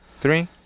three